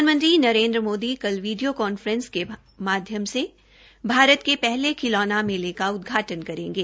प्रधानमंत्री नरेन्द्र मोदी कल video conference के माध्यम से भारत के पहले खिलौना मेले का उदघाटन करेंगे